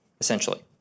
essentially